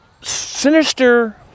sinister